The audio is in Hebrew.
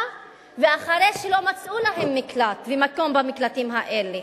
ואחרי שלא מצאו להן מקלט ומקום במקלטים האלה.